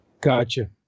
Gotcha